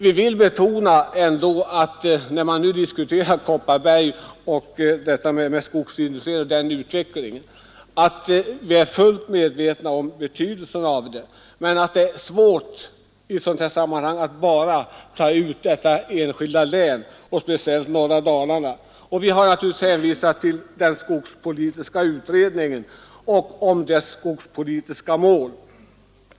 Vi vill betona, när nu skogsindustrins utveckling i Kopparbergs län diskuteras, att vi är fullt medvetna om denna frågas betydelse, men vi anser att det är svårt att ta ut detta enskilda län. Vi har givetvis också hänvisat till den skogspolitiska utredningen och de skogspolitiska målen.